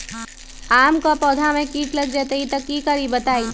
आम क पौधा म कीट लग जई त की करब बताई?